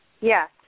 Yes